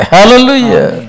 Hallelujah